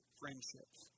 friendships